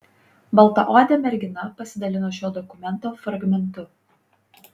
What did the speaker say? baltaodė mergina pasidalino šio dokumento fragmentu